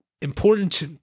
important